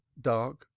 dark